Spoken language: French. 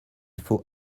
faut